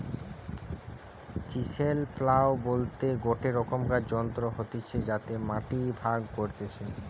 chisel plough বলতে গটে রকমকার যন্ত্র হতিছে যাতে মাটি ভাগ করতিছে